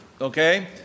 Okay